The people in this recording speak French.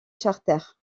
charter